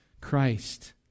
Christ